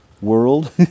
world